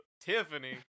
Tiffany